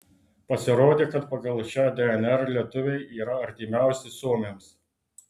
pasirodė kad pagal šią dnr lietuviai yra artimiausi suomiams